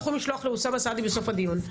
אתם יכולים לשלוח לאוסאמה סעדי בסוף הדיון.